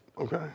Okay